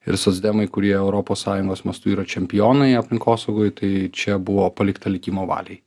ir socdemai kurie europos sąjungos mastu yra čempionai aplinkosaugoj tai čia buvo palikta likimo valiai